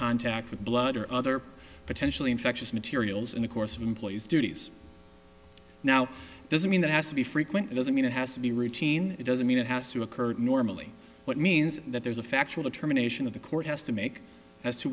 contact with blood or other potentially infectious materials in the course of employees duties now doesn't mean that has to be frequent doesn't mean it has to be routine it doesn't mean it has to occur normally but means that there's a factual determination of the court has to make as to